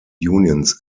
unions